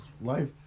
Life